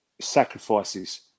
sacrifices